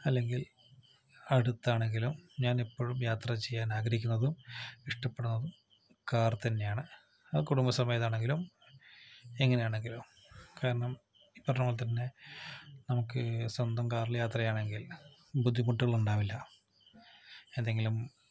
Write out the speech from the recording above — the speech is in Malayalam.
അല്ലെങ്കിൽ അടുത്താണെങ്കിലും ഞാൻ എപ്പോഴും യാത്ര ചെയ്യാൻ ആഗ്രഹിക്കുന്നതും ഇഷ്ടപ്പെടുന്നതും കാർ തന്നെയാണ് അത് കുടുംബസമേതം ആണെങ്കിലും എങ്ങനെയാണെങ്കിലും കാരണം ഈ പറഞ്ഞ പോലെ തന്നെ നമുക്ക് സ്വന്തം കാറില് യാത്ര ചെയ്യാണെങ്കിൽ ബുദ്ധിമുട്ടുകൾ ഉണ്ടാവില്ല എന്തെങ്കിലും